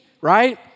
right